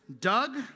Doug